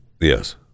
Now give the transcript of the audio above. Yes